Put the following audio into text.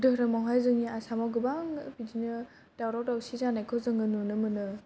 दोहोरोमाव हाय जोंनि आसामाव गोबां बिदिनो दावराव दावसि जानायखौ जोंङो नुनो मोनो